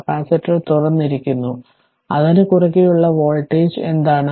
capacitor തുറന്നിരിക്കുന്നു അതിന് കുറുകെയുള്ള വോൾട്ടേജ് എന്താണ്